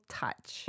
touch